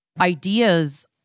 ideas